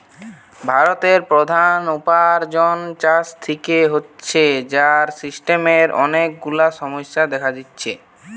ভারতের প্রধান উপার্জন চাষ থিকে হচ্ছে, যার সিস্টেমের অনেক গুলা সমস্যা দেখা দিচ্ছে